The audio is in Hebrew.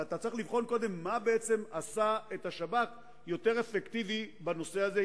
אתה צריך לבחון קודם מה בעצם עשה את השב"כ יותר אפקטיבי בנושא הזה,